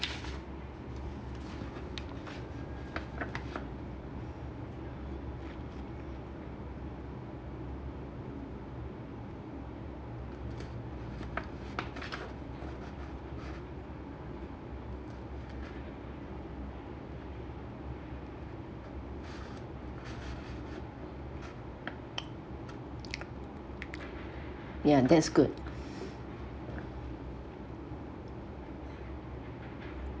ya that's good